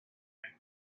and